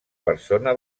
persona